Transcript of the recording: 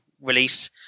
release